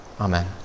amen